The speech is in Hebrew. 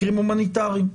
מקרים הומניטריים.